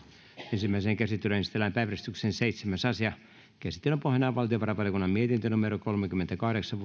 ensimmäiseen käsittelyyn esitellään päiväjärjestyksen seitsemäs asia käsittelyn pohjana on valtiovarainvaliokunnan mietintö kolmekymmentäkahdeksan